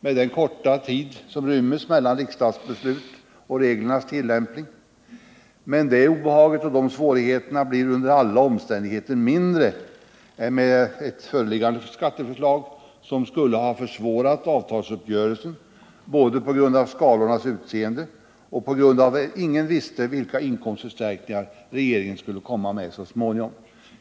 med den korta tid som ryms mellan riksdagsbeslut och reglernas tillämpning, kan bli vissa besvärligheter av teknisk art. Men det obehaget och de svårigheterna blir under alla omständigheter mindre än med föreliggande skatteförslag, som skulle ha försvårat avtalsuppgörelsen, både på grund av skalornas utseende och på grund av att ingen visste vilka inkomstförstärkningar regeringen så småningom skulle komma med.